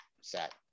set